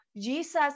Jesus